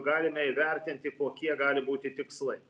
galime įvertinti kokie gali būti tikslai